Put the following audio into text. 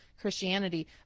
Christianity